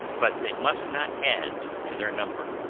but they must not add to their number